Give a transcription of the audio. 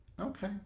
Okay